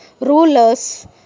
rulers